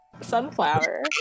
Sunflower